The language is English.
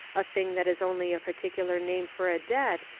a thing that is only a particular name for a debt,